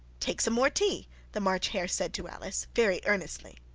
take some more tea the march hare said to alice, very earnestly.